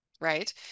right